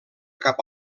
cap